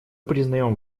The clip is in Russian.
признаем